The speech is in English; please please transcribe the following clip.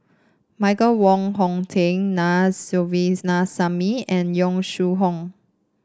Michael Wong Hong Teng Na Sovindasamy and Yong Shu Hoong